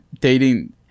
dating